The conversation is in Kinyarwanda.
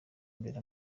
imbere